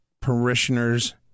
parishioners